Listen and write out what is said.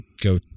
go